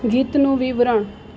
ગીતનું વિવરણ